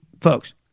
folks